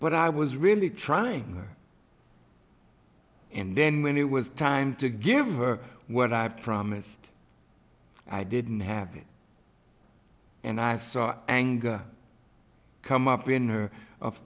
but i was really trying and then when it was time to give her what i've promised i didn't have it and i saw anger come up in her of